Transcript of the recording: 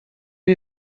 you